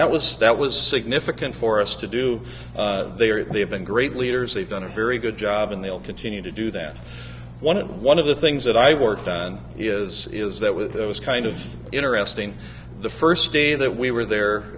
that was stat was significant for us to do they are they have been great leaders they've done a very good job and they'll continue to do that one and one of the things that i worked on is is that with those kind of interesting the first day that we were there